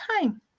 time